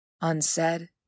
unsaid